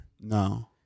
No